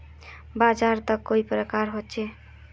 बाजार त कई प्रकार होचे?